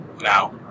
now